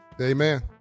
Amen